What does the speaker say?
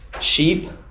sheep